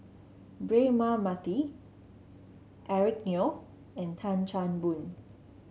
Braema Mathi Eric Neo and Tan Chan Boon